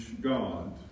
God